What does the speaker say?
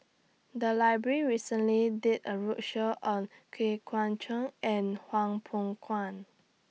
The Library recently did A roadshow on Yeun Thong and Hwang Peng